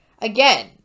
again